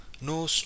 No